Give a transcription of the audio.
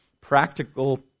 practical